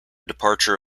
departure